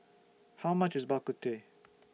How much IS Bak Kut Teh